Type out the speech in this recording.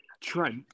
Trent